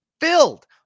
filled